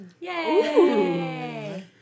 Yay